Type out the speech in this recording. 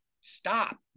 stop